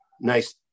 nice